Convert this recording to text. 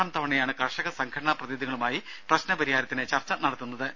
ആറാം തവണയാണ് കർഷക സംഘടനാ പ്രതിനിധികളുമായി പ്രശ്നപരിഹാരത്തിന് ചർച്ച നടത്തുന്നത്